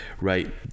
right